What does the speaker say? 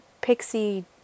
pixie